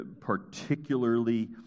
particularly